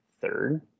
third